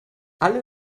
alle